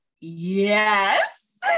yes